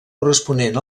corresponent